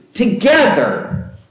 together